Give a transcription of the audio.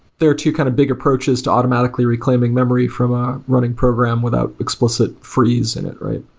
there are two kind of big approaches to automatically reclaim ing memory from a running program without explicit for ease in it, right?